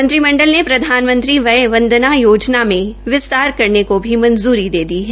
मंत्रिमंडल ने प्रधानमंत्री व्यय वंदना योजना में विस्तार करने को भी मंजूरी दे दी है